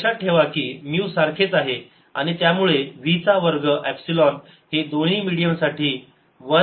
हे लक्षात ठेवा कि म्यू सारखेच आहे आणि त्यामुळे v चा वर्ग एपसिलोन हे दोन्ही मिडीयम साठी 1 छेद म्यू 0 एवढेच आहे